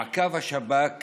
מעקב השב"כ